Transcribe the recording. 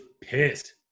pissed